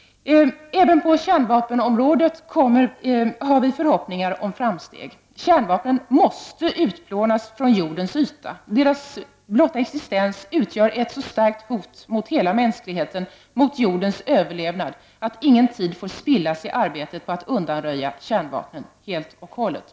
Även på kärnvapenområdet har vi förhoppningar om framsteg. Kärnvapnen måste utplånas från jordens yta! Deras blotta existens utgör ett så starkt hot mot hela mänsklighetens och även jordens överlevnad att ingen tid får spillas i arbetet på att undanröja kärnvapnen helt och hållet.